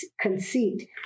conceit